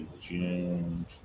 June